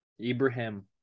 Ibrahim